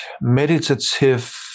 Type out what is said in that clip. meditative